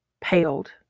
paled